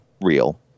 real